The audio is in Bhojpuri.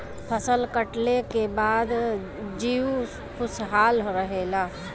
फसल कटले के बाद जीउ खुशहाल रहेला